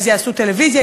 אז יעשו טלוויזיה,